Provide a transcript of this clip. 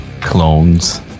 clones